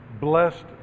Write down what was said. Blessed